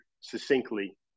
succinctly